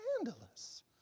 scandalous